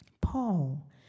Paul